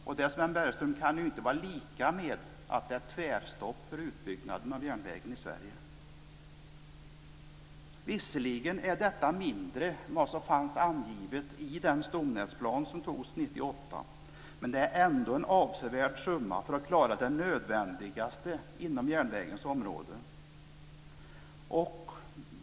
Och det, Sven Bergström, kan inte vara lika med att det är tvärstopp för utbyggnaden av järnvägen i Sverige. Visserligen är detta mindre än vad som fanns angivet i den stomnätsplan som antogs 1998, men det är ändå en avsevärd summa för att klara det nödvändigaste inom järnvägens område.